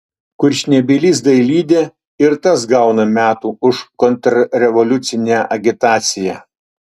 kurčnebylis dailidė ir tas gauna metų už kontrrevoliucine agitaciją